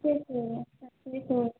সেইটোৱে তাকেইতো